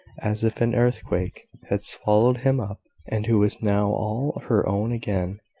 as if an earthquake had swallowed him up and who was now all her own again,